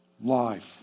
life